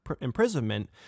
imprisonment